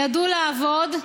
ידעו לעבוד.